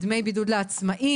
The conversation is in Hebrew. (דמי בידוד לעצמאים),